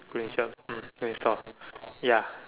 green shop mm green store ya